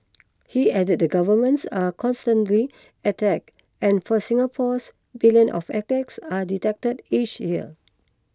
he added that governments are constantly attacked and for Singapore's billions of attacks are detected each year